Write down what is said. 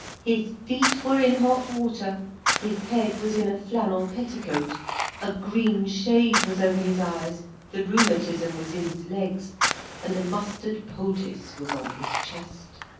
his feet were in hot water his head was in a flannel petticoat a green shade was over his eyes the rheumatism was in his legs and a mustard-poultice was on his chest.